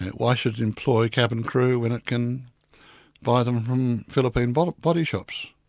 why should it employ cabin crew when it can buy them from philippine but body shops?